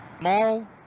Mall